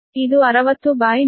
ಇದು 60128